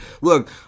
Look